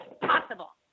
possible